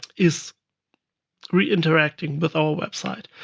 is re-interacting with our website.